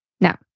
Now